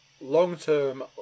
long-term